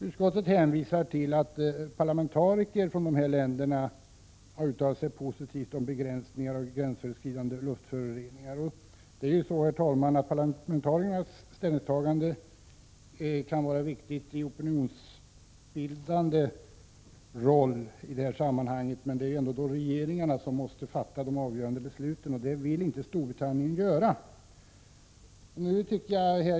Utskottet hänvisar till att parlamentariker från de här länderna uttalat sig positivt om begränsningar av gränsöverskridande luftföroreningar. Parlamentarikers uttalanden kan vara viktiga för opinionsbildningen, men det är ändå regeringarna som måste fatta de avgörande besluten, och det vill Storbritanniens regering inte göra.